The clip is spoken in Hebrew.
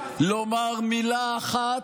ככה עשיתם לניר אורבך,